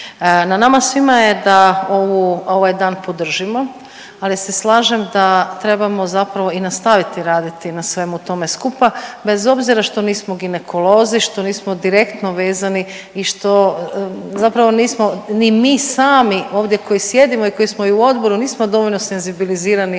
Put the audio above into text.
Na nama svima je da ovu, ovaj dan podržimo, ali se slažem da trebamo zapravo i nastaviti raditi na svemu tome skupa bez obzira što nismo ginekolozi, što nismo direktno vezani i što zapravo nismo ni mi sami ovdje koji sjedimo i koji i u odboru nismo dovoljno senzibilizirani